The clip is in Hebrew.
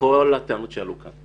בכל הטענות שעלו כאן.